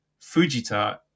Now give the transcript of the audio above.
Fujita